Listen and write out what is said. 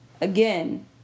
Again